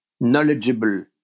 knowledgeable